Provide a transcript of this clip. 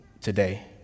today